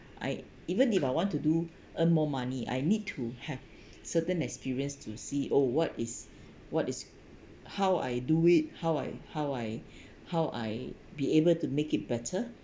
I even if I want to do earn more money I need to have certain experience to see oh what is what is how I do it how I how I how I be able to make it better